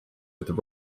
with